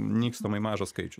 nykstamai mažas skaičius